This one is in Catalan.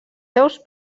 seus